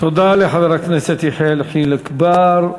תודה לחבר הכנסת יחיאל חיליק בר.